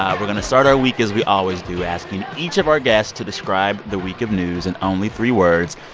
we're going to start our week as we always do, asking each of our guests to describe the week of news in only three words.